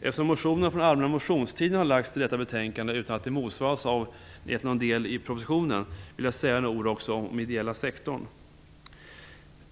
Eftersom motioner från den allmänna motionstiden har lagts till detta betänkande utan att de motsvaras av någon del i propositionen vill jag också säga några ord om den ideella sektorn.